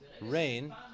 rain